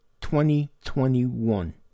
2021